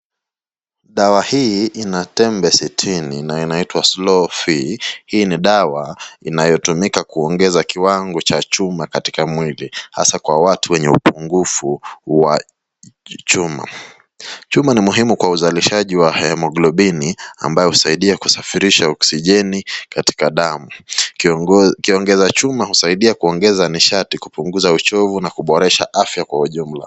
Dawa hii inatembe sitini na inaitwa Slofee , hii ni dawa inayotumika kuongeza kiwango cha chuma kwa mwili hasa kwa watu wenye upungufu wa chuma, chuma ni muhimu kwa uzalishaji wa haemoglobin ambao husaidia kwa kusafirisha oxygen kwenye damu kiongeza chuma husaidia kuongeza nishada, kupunguza uchovu na kuboresha afya kwa ujumla.